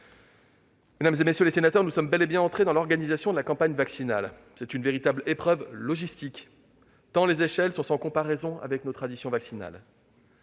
Mesdames, messieurs les sénateurs, nous sommes bel et bien entrés dans l'organisation de la campagne vaccinale. C'est une véritable épreuve logistique, tant l'échelle est sans comparaison avec nos habitudes en la